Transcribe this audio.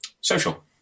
social